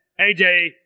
AJ